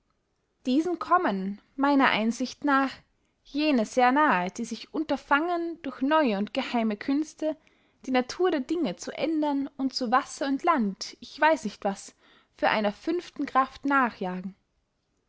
diesen kommen meiner einsicht nach jene sehr nahe die sich unterfangen durch neue und geheime künste die natur der dinge zu ändern und zu wasser und land ich weiß nicht was für einer fünften kraft nachjagen